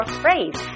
phrase